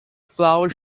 flower